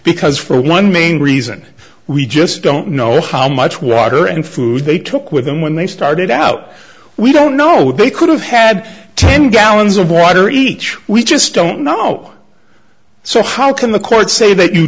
because for one main reason we just don't know how much water and food they took with them when they started out we don't know what they could have had ten gallons of water each we just don't know so how can the court say that you